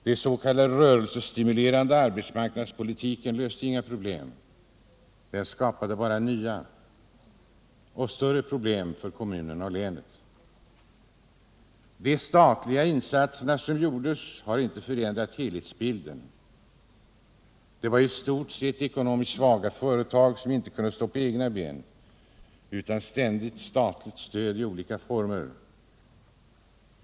Den s.k. rörlighetsstimulerande arbetsmarknadspolitiken löste inte problemen — den skapade bara nya och större problem för kommunerna och länet. De statliga insatser som gjordes har inte förändrat helhetsbilden. De tillförde länet företag, som i stort sett var ekonomiskt svaga och inte kunde stå på egna ben utan ständigt statligt stöd i olika former.